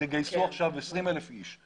תגייסו עכשיו 20,000 איש.